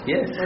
Yes